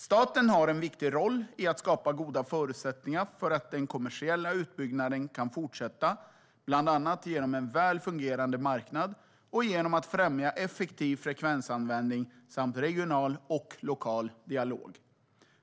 Staten har en viktig roll i att skapa goda förutsättningar för att den kommersiella utbyggnaden kan fortsätta, bland annat genom en väl fungerande marknad och genom att främja effektiv frekvensanvändning samt regional och lokal dialog.